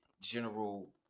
general